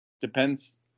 Depends